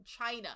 china